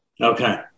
Okay